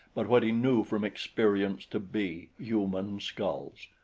but what he knew from experience to be human skulls.